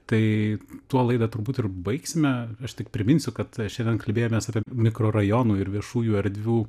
tai tuo laidą turbūt ir baigsime aš tik priminsiu kad šiandien kalbėjomės apie mikrorajonų ir viešųjų erdvių